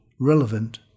relevant